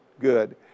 good